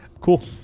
Cool